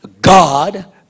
God